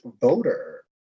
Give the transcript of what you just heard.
voter